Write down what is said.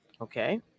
okay